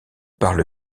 parle